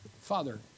Father